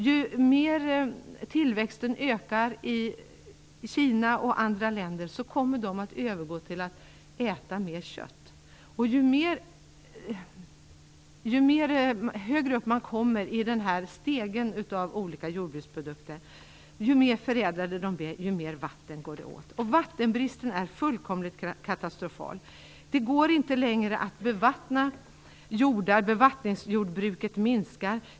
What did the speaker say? Ju mera tillväxten ökar i Kina och andra länder, desto mera går människorna där över till att äta mera kött. Ju högre upp på stegen av olika jordbruksprodukter och ju mer förädlade dessa är, desto mera vatten går det åt. Vattenbristen är fullkomligt katastrofal. Det går inte längre att bevattna jordar. Bevattningsjordbruket minskar.